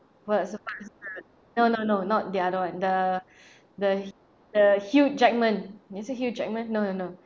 what's no no no not the other one the the the hugh jackman is it hugh jackman no no no